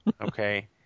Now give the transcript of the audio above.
Okay